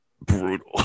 brutal